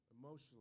emotionally